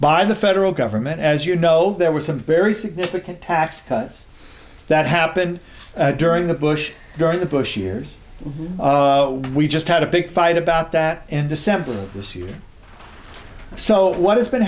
by the federal government as you know there were some very significant tax cuts that happened during the bush during the bush years we just had a big fight about that in december of this year so what has been